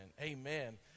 Amen